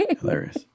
Hilarious